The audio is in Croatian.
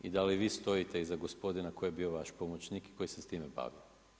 I da li vi stojite iza gospodina koji je bio vaš pomoćnik i koji se s time bavio.